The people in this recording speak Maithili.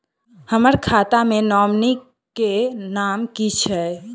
हम्मर खाता मे नॉमनी केँ नाम की छैय